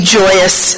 joyous